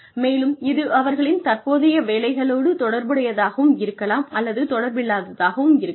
மேலும் இது அவர்களின் தற்போதைய வேலைகளோடு தொடர்புடையதாகவும் இருக்கலாம் அல்லது தொடர்பில்லாததாகவும் இருக்கலாம்